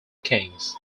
kings